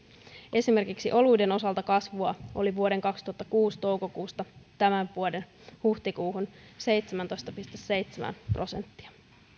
esimerkiksi oluiden osalta kasvua oli vuoden kaksituhattakuusi toukokuusta tämän vuoden huhtikuuhun seitsemäntoista pilkku seitsemän prosenttia